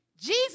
Jesus